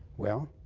well,